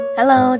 Hello